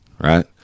right